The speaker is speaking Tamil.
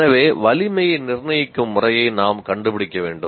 எனவே வலிமையை நிர்ணயிக்கும் முறையை நாம் கண்டுபிடிக்க வேண்டும்